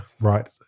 right